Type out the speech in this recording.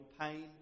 pain